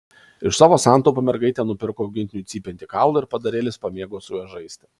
iš savo santaupų mergaitė nupirko augintiniui cypiantį kaulą ir padarėlis pamėgo su juo žaisti